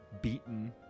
beaten